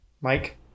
mike